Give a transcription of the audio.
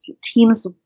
teams